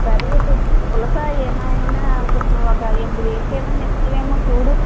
సరే అయితే పులస ఏమైనా కొంచెం ఒక ఎనిమిది వేలుకేమన్నా ఇస్తావేమో చూడు